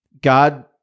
God